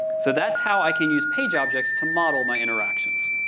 so, that's how i can use page objects to model my interactions.